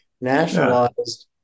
nationalized